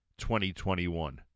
2021